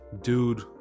dude